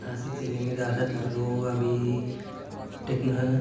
ناسک ضلع میں زیادہ تر لوگ ابھی ٹیکنا